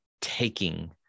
taking